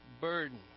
burden